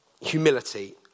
Humility